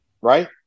right